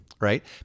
right